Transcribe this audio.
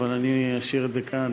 אבל אני אשאיר את זה כאן.